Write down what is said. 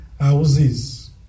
houses